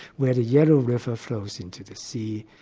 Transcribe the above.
where the yellow river flows into the sea,